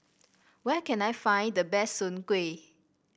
where can I find the best Soon Kuih